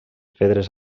pedres